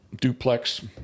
duplex